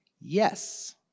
yes